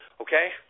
Okay